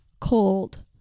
cold